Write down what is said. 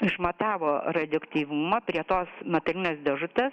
išmatavo radioaktyvumą prie tos metalinės dėžutės